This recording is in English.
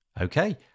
Okay